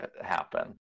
happen